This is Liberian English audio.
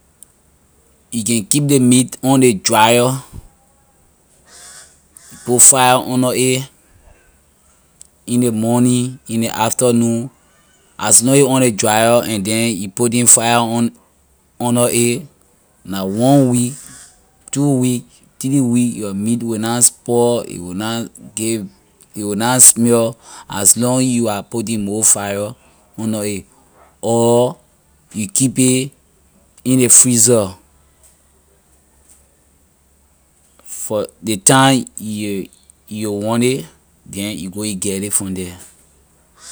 You can keep ley meat on ley dryer you put fire under a in ley morning in ley afternoon as long a on ley dryer and then you putting fire und- under it when la one week two week three week your meat will na spoil a will na give a will na smell as long you are putting more fire under a or you keep it in ley freezer for ley time you wil- you will want it then you go get ley from the.